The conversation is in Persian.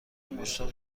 مشتاق